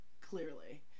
Clearly